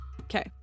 Okay